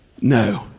No